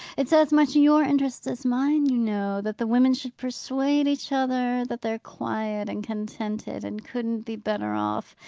it's as much your interest as mine, you know, that the women should persuade each other that they're quiet and contented, and couldn't be better off.